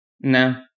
No